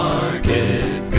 Market